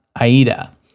Aida